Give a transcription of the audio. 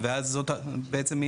ואז זה בעצם יהיה?